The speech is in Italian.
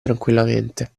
tranquillamente